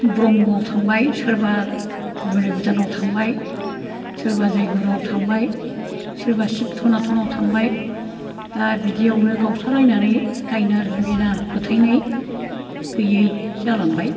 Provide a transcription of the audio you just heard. ब्रह्मआव थांबाय सोरबा बोलि बुथानाव थांबाय सोरबा जयगुरुआव थांबाय सोरबा शिव सनातनाव थांबाय दा बिदियावनो गावस्रालायनानै दायना जुबिना फोथायनाय गैयै जालांबाय